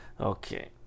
Okay